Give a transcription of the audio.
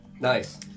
Nice